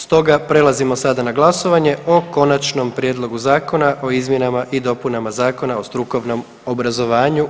Stoga prelazimo sada na glasovanje o Konačnom prijedlogu Zakona o izmjenama i dopunama Zakona o strukovnom obrazovanju.